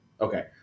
Okay